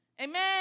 Amen